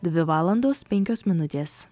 dvi valandos penkios minutės